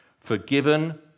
Forgiven